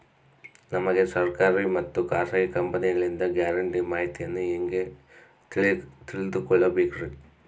ನಮಗೆ ಸರ್ಕಾರಿ ಮತ್ತು ಖಾಸಗಿ ಕಂಪನಿಗಳಿಂದ ಗ್ಯಾರಂಟಿ ಮಾಹಿತಿಯನ್ನು ಹೆಂಗೆ ತಿಳಿದುಕೊಳ್ಳಬೇಕ್ರಿ?